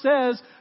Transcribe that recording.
says